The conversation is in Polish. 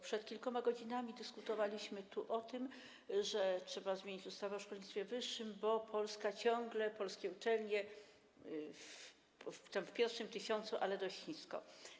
Przed kilkoma godzinami dyskutowaliśmy tu o tym, że trzeba zmienić ustawę o szkolnictwie wyższym, bo ciągle polskie uczelnie są w tym pierwszym tysiącu, ale dość nisko.